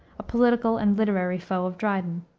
a political and literary foe of dryden.